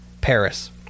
Paris